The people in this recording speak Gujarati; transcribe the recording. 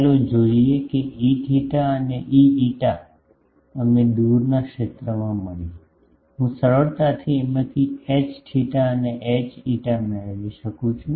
ચાલો જોઈએ કે Eθ અને Eφ અમે દૂરના ક્ષેત્રમાં મળી હું સરળતાથી આમાંથી Hθ Hφ મેળવી શકું છું